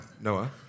Noah